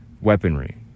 weaponry